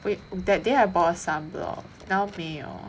eh that day I bought sunblock now 没有